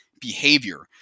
behavior